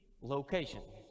location